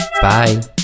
Bye